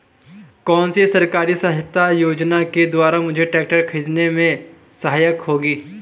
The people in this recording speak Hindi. कौनसी सरकारी सहायता योजना के द्वारा मुझे ट्रैक्टर खरीदने में सहायक होगी?